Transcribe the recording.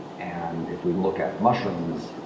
and if we look at mushrooms,